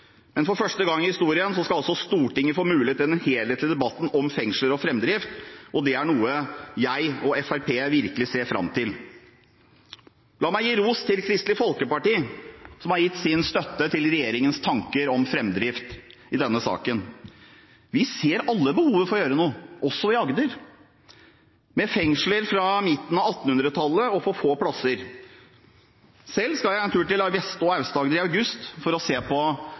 Men for første gang i historien skal Stortinget få mulighet til den helhetlige debatten om fengsler og framdrift, og det er noe jeg og Fremskrittspartiet virkelig ser fram til. La meg gi ros til Kristelig Folkeparti, som har gitt sin støtte til regjeringens tanker om framdrift i denne saken. Vi ser alle behovet for å gjøre noe – også i Agder – med fengsler fra midten av 1800-tallet og for få plasser. Selv skal jeg en tur til Vest-Agder og Aust-Agder i august for å se på